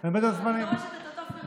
אני דורשת את אותו פרגון.